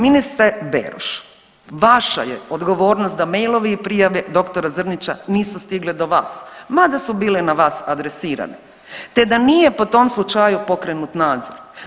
Ministre Beroš, vaša je odgovornost da mailovi i prijave dr. Zrnića nisu stigle do vas, mada su bile na vas adresirane, te da nije po tom slučaju pokrenut nadzor.